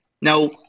Now